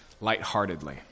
lightheartedly